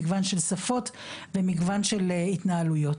מגוון של שפות ומגוון של התנהלויות,